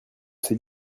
ces